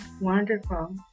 Wonderful